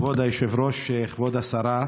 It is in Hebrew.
כבוד היושב-ראש, כבוד השרה,